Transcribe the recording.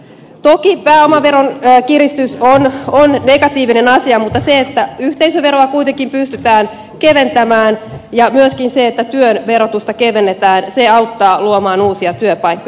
toki pääomaveron kiristys on negatiivinen asia mutta se että yhteisöveroa kuitenkin pystytään keventämään ja myöskin se että työn verotusta kevennetään auttaa luomaan uusia työpaikkoja